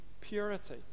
purity